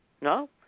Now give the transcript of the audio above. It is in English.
No